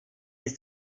ist